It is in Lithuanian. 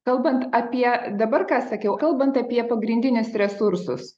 kalbant apie dabar ką sakiau kalbant apie pagrindinius resursus